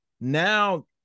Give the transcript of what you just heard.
now